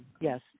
Yes